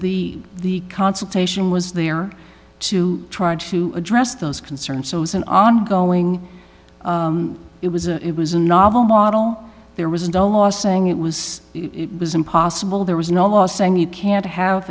the the consultation was there to try to address those concerns so it's an ongoing it was a it was a novel model there was no law saying it was it was impossible there was no law saying you can't have